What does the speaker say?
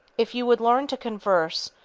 if you would learn to converse,